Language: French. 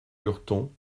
lurton